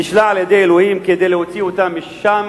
נשלח על-ידי אלוהים כדי להוציא אותם משם